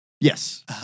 Yes